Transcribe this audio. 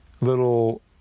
little